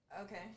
Okay